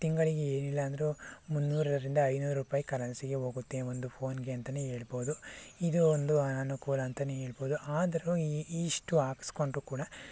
ತಿಂಗಳಿಗೆ ಏನಿಲ್ಲ ಅಂದರೂ ಮುನ್ನೂರರಿಂದ ಐನೂರು ರುಪಾಯಿ ಕರೆನ್ಸಿಗೆ ಹೋಗುತ್ತೆ ಒಂದು ಫೋನ್ಗೆ ಅಂತಾನೇ ಹೇಳ್ಬೋದು ಇದು ಒಂದು ಅನನುಕೂಲ ಅಂತಾನೇ ಹೇಳ್ಬೋದು ಆದರೂ ಇಷ್ಟು ಹಾಕ್ಸ್ಕೊಂಡ್ರು ಕೂಡ